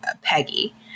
peggy